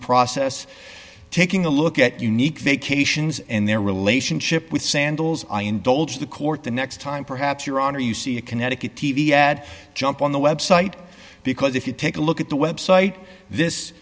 process taking a look at unique vacations and their relationship with sandals i indulge the court the next time perhaps your honor you see a connecticut t v ad jump on the website because if you take a look at the website this